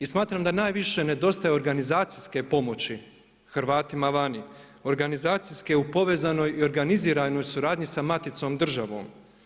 I smatram da najviše nedostaje organizacijske pomoći Hrvatima vani, organizacijske u povezanoj i organiziranoj suradnji sa maticom državom.